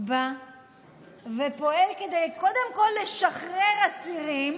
בא ופועל כדי קודם כול לשחרר אסירים,